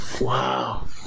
Wow